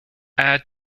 add